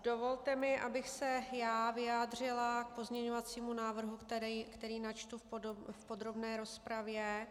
Dovolte mi, abych se já vyjádřila k pozměňovacímu návrhu, který načtu v podrobné rozpravě.